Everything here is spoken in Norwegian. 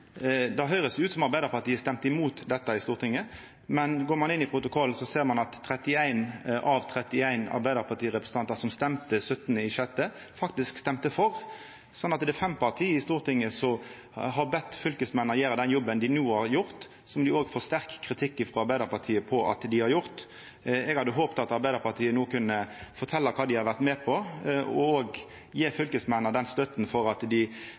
Det høyrest ut som Arbeidarpartiet stemte imot dette i Stortinget, men går ein inn i protokollen, ser ein at 31 av 31 arbeidarpartirepresentantar som stemte 16. juni, faktisk stemte for. Så det er fem parti i Stortinget som har bede fylkesmennene gjera den jobben dei no har gjort, som dei òg får sterk kritikk frå Arbeidarpartiet for at dei har gjort. Eg hadde håpt at Arbeidarpartiet no kunne fortelja kva dei har vore med på, og òg gje fylkesmennene støtte for at dei